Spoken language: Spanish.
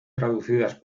traducidas